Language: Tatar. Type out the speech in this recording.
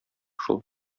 шул